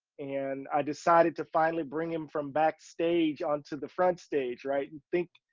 and i decided to finally bring him from backstage onto the front stage, right? and think,